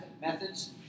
methods